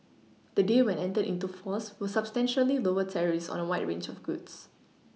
the deal when entered into force will substantially lower tariffs on a wide range of goods